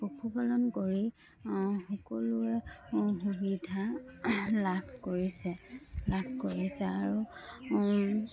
পশুপালন কৰি সকলোৱে সুবিধা লাভ কৰিছে লাভ কৰিছে আৰু